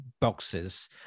boxes